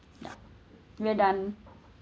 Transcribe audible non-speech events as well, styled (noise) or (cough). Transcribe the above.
ya we are done (breath)